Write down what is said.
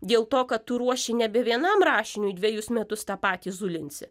dėl to kad tu ruoši nebe vienam rašiniui dvejus metus tą patį zulinsi